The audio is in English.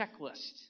checklist